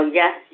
yes